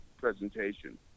presentation